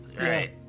right